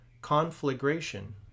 conflagration